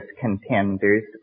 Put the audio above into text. contenders